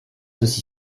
aussi